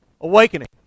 awakening